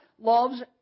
loves